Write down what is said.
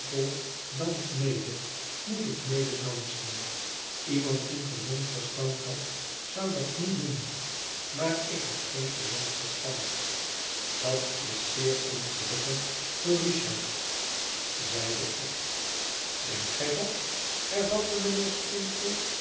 dans mede moet ik mededansen iemand die gezond verstand had zou dat niet doen maar ik heb geen gezond verstand dat is zeer ongelukkig voor richard zeide ik denkt gij dat hervatte mijnheer